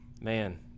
man